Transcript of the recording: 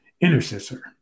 intercessor